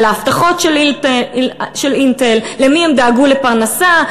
על ההבטחות של "אינטל"; למי הם דאגו לפרנסה,